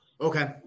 Okay